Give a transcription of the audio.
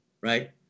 right